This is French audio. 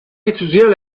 étudiant